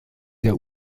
der